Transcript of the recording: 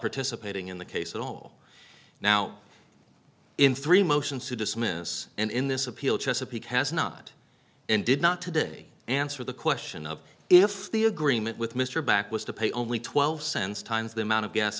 participating in the case at all now in three motions to dismiss and in this appeal chesapeake has not and did not today answer the question of if the agreement with mr back was to pay only twelve cents times the amount of gas